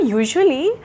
usually